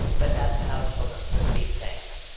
but that is how children perceive things.